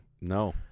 no